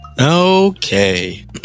Okay